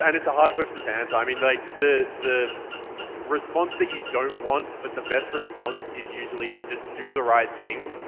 and it's a hard question to answer. i mean like the the response that you don't want but the best response is usually to just do the right thing,